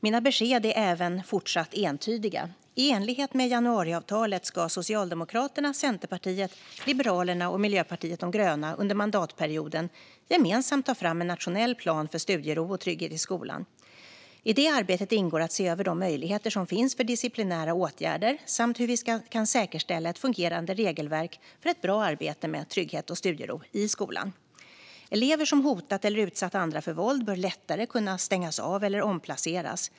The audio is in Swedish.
Mina besked är även fortsatt entydiga: I enlighet med januariavtalet ska Socialdemokraterna, Centerpartiet, Liberalerna och Miljöpartiet de gröna under mandatperioden gemensamt ta fram en nationell plan för studiero och trygghet i skolan. I det arbetet ingår att se över de möjligheter som finns för disciplinära åtgärder samt hur vi kan säkerställa ett fungerande regelverk för ett bra arbete med trygghet och studiero i skolan. Elever som hotat eller utsatt andra för våld bör lättare kunna stängas av eller omplaceras.